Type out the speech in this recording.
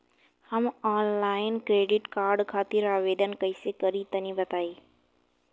हम online credit card खातिर आवेदन कइसे करि तनि बताई?